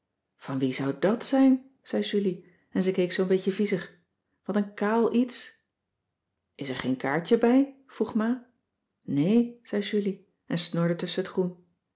van wie zou dàt zijn zei julie en ze keek zoo'n beetje viezig wat een kaal iets is er geen kaartje bij vroeg ma nee zei julie en snorde tusschen het groen